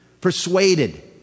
persuaded